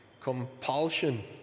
compulsion